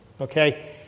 Okay